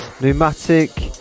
Pneumatic